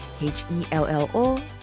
H-E-L-L-O